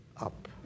up